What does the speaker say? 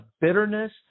bitterness